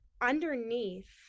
underneath